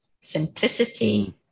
simplicity